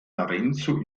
lorenzo